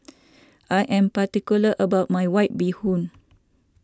I am particular about my White Bee Hoon